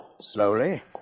slowly